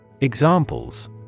Examples